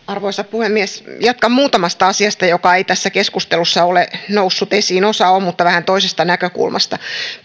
arvoisa puhemies jatkan muutamasta asiasta jotka eivät tässä keskustelussa ole nousseet esiin osa on mutta vähän toisesta näkökulmasta